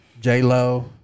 j-lo